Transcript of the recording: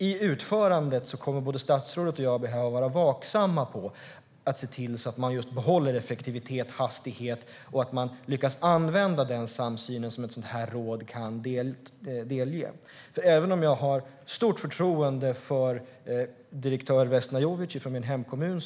I utförandet kommer både statsrådet och jag att behöva vara vaksamma på att man behåller effektivitet och hastighet och att man lyckas använda den samsyn som ett sådant här råd kan ge. Jag har stort förtroende för kommundirektör Vesna Jovic från min hemkommun.